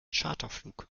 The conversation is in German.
charterflug